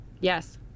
Yes